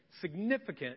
significant